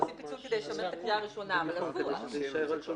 עושים פיצול כדי להשתמש בקריאה הראשונה --- היא צודקת.